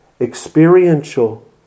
experiential